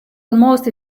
almost